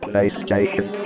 PlayStation